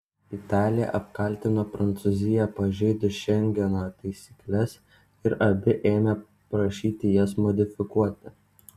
italija apkaltino prancūziją pažeidus šengeno taisykles ir abi ėmė prašyti jas modifikuoti